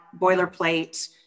boilerplate